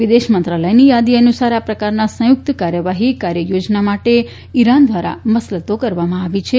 વિદેશમંત્રાલયની યાદી અનુસાર આ પ્રકારના સંયુક્ત કાર્યવાહી કાર્ય યોજના માટે અરાન દ્વારા મસલતો કરવામાં આવી છે